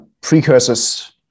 precursors